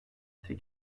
tek